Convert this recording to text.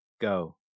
go